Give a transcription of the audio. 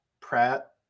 Pratt